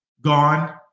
gone